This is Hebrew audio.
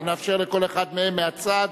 אנחנו נאפשר לכל אחד מהם לדבר מהצד